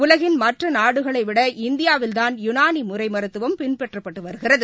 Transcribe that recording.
உலகின் மற்றநாடுகளைவிட இந்தியாவில்தான் யுனானிமுறைமருத்துவம் பின்பற்றப்படுகிறது